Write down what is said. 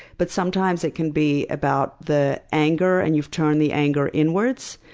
but sometimes it can be about the anger, and you've turned the anger inwards.